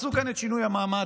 תעשו כאן את שינוי המעמד,